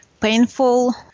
painful